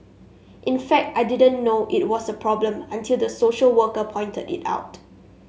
in fact I didn't know it was a problem until the social worker pointed it out